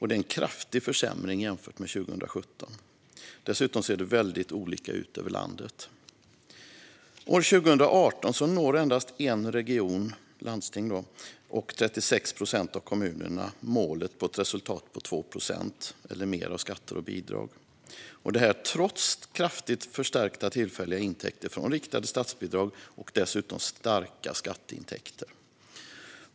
Det är en kraftig försämring jämfört med 2017. Dessutom ser det väldigt olika ut över landet. År 2018 nådde endast en region och 36 procent av kommunerna målet på ett resultat på 2 procent eller mer av skatter och bidrag - detta trots kraftigt förstärkta tillfälliga intäkter från riktade statsbidrag och starka skatteintäkter.